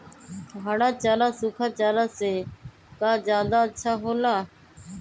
हरा चारा सूखा चारा से का ज्यादा अच्छा हो ला?